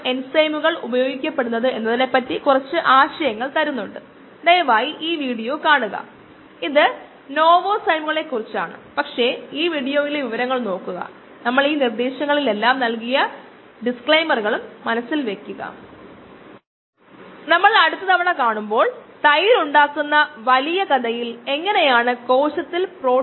12 ആയിരുന്നു ഈ കേസിൽ y Km ആണ് x is I അതിനാൽ Km 0